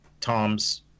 tom's